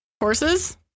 horses